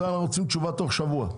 זה אנחנו רוצים תשובה תוך שבוע.